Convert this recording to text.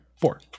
four